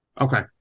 Okay